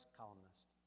columnist